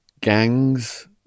gangs